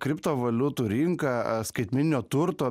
kriptovaliutų rinka skaitmeninio turto